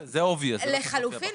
לחלופין,